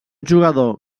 jugador